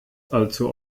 allzu